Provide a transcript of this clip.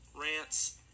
rants